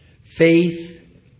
Faith